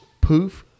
Poof